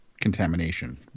contamination